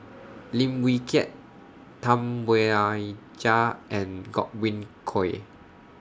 Lim Wee Kiak Tam Wai Jia and Godwin Koay